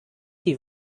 die